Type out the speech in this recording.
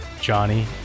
Johnny